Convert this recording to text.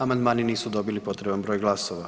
Amandmani nisu dobili potreban broj glasova.